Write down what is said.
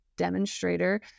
demonstrator